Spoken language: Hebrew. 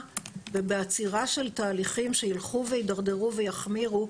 ובעצירה של תהליכים שילכו וידרדרו ויחמירו,